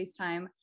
FaceTime